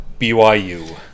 BYU